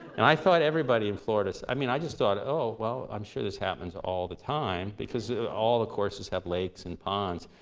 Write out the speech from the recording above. and i thought everybody in florida so i mean i just thought, oh, well, i'm sure this happens all the time. because all the courses have lakes and ponds.